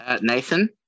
Nathan